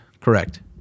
correct